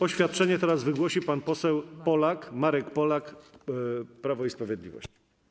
Oświadczenie teraz wygłosi pan poseł Marek Polak, Prawo i Sprawiedliwość.